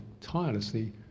tirelessly